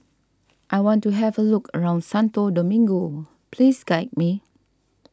I want to have a look around Santo Domingo please guide me